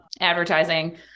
advertising